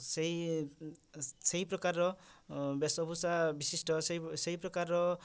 ସେଇ ସେଇ ପ୍ରକାରର ବେଶଭୁଷା ବିଶିଷ୍ଟ ସେଇ ପ୍ରକାରର